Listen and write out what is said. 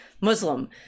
muslim